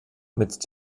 mit